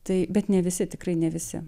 tai bet ne visi tikrai ne visi